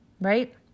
right